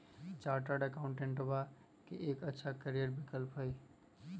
chartered अकाउंटेंटवा के एक अच्छा करियर विकल्प हई